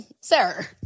sir